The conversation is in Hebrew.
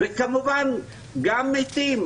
וכמובן גם מתים.